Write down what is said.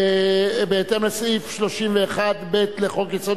בהתאם לסעיף 31(ב) לחוק-יסוד: